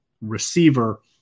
receiver